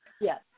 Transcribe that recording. Yes